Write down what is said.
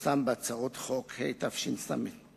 פורסם בהצעות חוק התשס"ט,